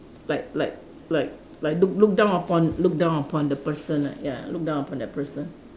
like like like like look look down upon look down upon the person like ya look down upon the person